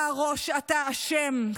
אתה הראש, אתה אשם.